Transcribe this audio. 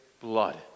blood